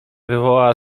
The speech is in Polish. wywołała